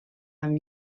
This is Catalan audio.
amb